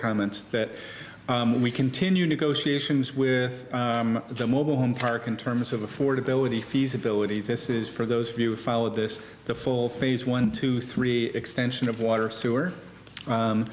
comments that we continue negotiations with the mobile home park in terms of affordability feasibility this is for those of you who followed this the full phase one two three extension of water sewer